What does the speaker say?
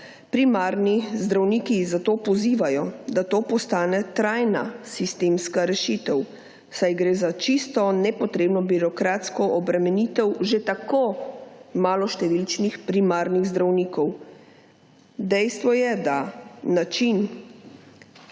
Primarni zdravniki zato pozivajo, da to postane trajna sistemska rešitev, saj gre za čisto nepotrebno birokratsko obremenitev že tako maloštevilnih primarnih zdravnikov. Dejstvo je, da način